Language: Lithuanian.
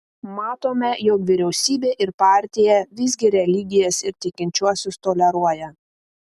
matome jog vyriausybė ir partija visgi religijas ir tikinčiuosius toleruoja